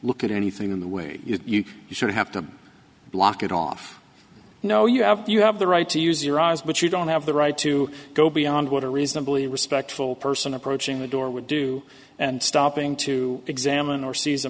look at anything in the way you should have to block it off you know you have you have the right to use your eyes but you don't have the right to go beyond what a reasonably respectful person approaching the door would do and stopping to examine or se